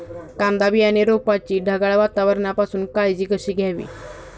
कांदा बियाणे रोपाची ढगाळ वातावरणापासून काळजी कशी घ्यावी?